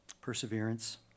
Perseverance